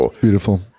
Beautiful